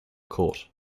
court